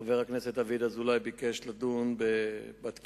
חבר הכנסת דוד אזולאי ביקש לדון בתקיפה